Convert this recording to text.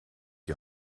die